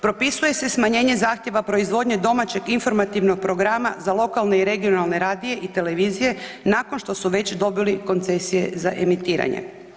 Propisuje se smanjenje zahtjeva proizvodnje domaćeg informativnog programa za lokalne i regionalne radije i televizije nakon što su već dobili koncesije za emitiranje.